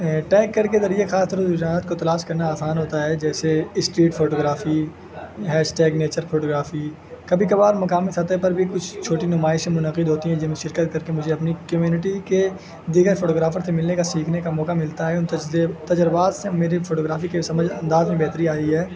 tag کر کے ذریعے خاص طور سے رجحانات کو تلاش کرنا آسان ہوتا ہے جیسے street photography hash tag nature photography کبھی کبھار مقامی سطح پر بھی کچھ چھوٹی نمائشیں منعقد ہوتی ہیں جن میں شرکت کر کے مجھے اپنی کمیونٹی کے دیگر فوٹوگرافر سے ملنے کا سیکھنے کا موقع ملتا ہے ان تجزیے تجربات سے میری فوٹوگرافی کے سمجھ انداز میں بہتری آئی ہے